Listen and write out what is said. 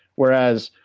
whereas,